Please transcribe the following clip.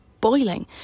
boiling